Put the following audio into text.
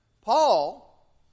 Paul